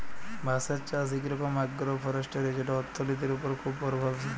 বাঁশের চাষ ইক রকম আগ্রো ফরেস্টিরি যেট অথ্থলিতির উপর খুব পরভাবশালী